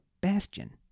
Bastion